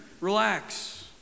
relax